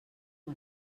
amb